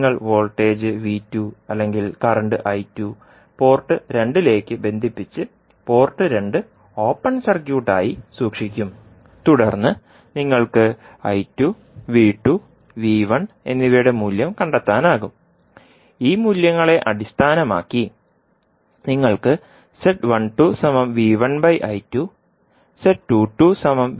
നിങ്ങൾ voltage V2 അല്ലെങ്കിൽ current port 2 ലേക്ക് ബന്ധിപ്പിച്ച് പോർട്ട് 2 ഓപ്പൺ സർക്യൂട്ട് ആയി സൂക്ഷിക്കും തുടർന്ന് നിങ്ങൾക്ക് V2 V1 എന്നിവയുടെ മൂല്യം കണ്ടെത്താനാകും ഈ മൂല്യങ്ങളെ അടിസ്ഥാനമാക്കി നിങ്ങൾക്ക്